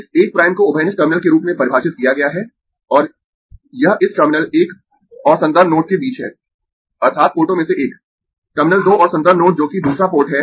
इस 1 प्राइम को उभयनिष्ठ टर्मिनल के रूप में परिभाषित किया गया है और यह इस टर्मिनल 1 और संदर्भ नोड के बीच है अर्थात् पोर्टों में से एक टर्मिनल 2 और संदर्भ नोड जोकि दूसरा पोर्ट है